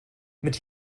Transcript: mit